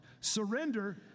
Surrender